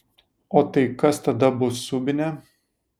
o tai kas tada bus subinė